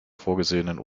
vorgesehenen